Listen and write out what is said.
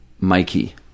mikey